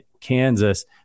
Kansas